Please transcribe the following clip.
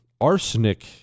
arsenic